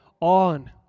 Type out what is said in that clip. on